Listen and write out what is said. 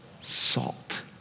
salt